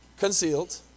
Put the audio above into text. concealed